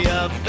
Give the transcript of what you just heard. up